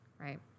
right